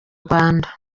rwanda